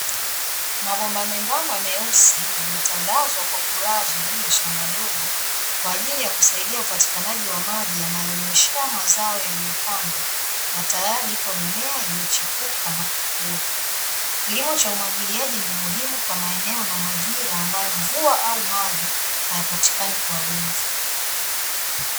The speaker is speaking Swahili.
Mabomba membamba meusi yametandazwa kwa kulazwa juu ya shamba dogo, kwa ajili ya kusaidia upatikanaji wa maji yanayonyweshea mazao yaliyopandwa, na tayari ipo mimea iliyochipuka na kukua. Kilimo cha umwagiliaji ni muhimu kwa maeneo na majira, ambayo mvua au maji hayapatikani kwa wingi.